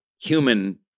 human